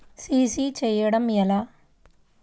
CC చేయడము ఎలా?